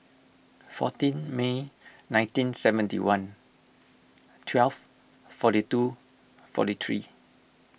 fourteen May nineteen seventy one twelve forty two forty three